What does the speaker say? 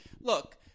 look